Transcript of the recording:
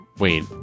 Wait